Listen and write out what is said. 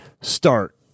start